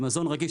במזון רגיש,